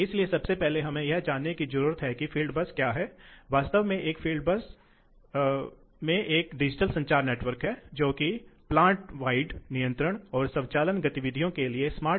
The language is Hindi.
इसलिए हम यह देखने जा रहे हैं और हम देखेंगे कि हम इस ऑपरेटिंग बिंदु को किस प्रकार अलग अलग कर सकते हैं इस आधार पर देखें कि हमें इस ऑपरेटिंग बिंदु को महत्व देना है क्योंकि हमें प्रवाह को अलग करने की आवश्यकता है